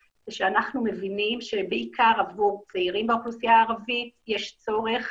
זה שאנחנו מבינים שבעיקר עבור צעירים באוכלוסייה הערבית יש צורך